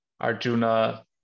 Arjuna